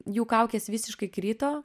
jų kaukės visiškai krito